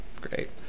Great